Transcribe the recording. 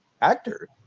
actor